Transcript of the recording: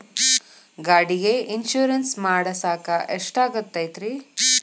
ಗಾಡಿಗೆ ಇನ್ಶೂರೆನ್ಸ್ ಮಾಡಸಾಕ ಎಷ್ಟಾಗತೈತ್ರಿ?